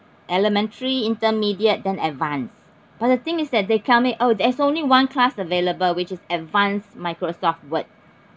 elementary intermediate then advanced but the thing is that they tell me oh there's only one class available which is advanced microsoft word